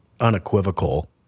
unequivocal